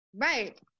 Right